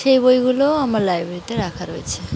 সেই বইগুলোও আমার লাইব্রেরিতে রাখা রয়েছে